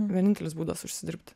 vienintelis būdas užsidirbti